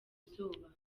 izuba